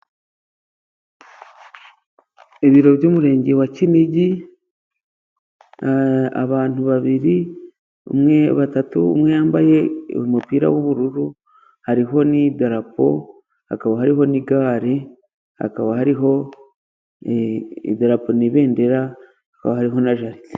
Ibiro by'Umurenge wa Kinigi, abantu babiri, batatu umwe yambaye umupira w'ubururu, hariho n'idarapo, hakaba hariho n'igare, hakaba hariho, idarapo ni ibendera, hakaba hariho na jaride.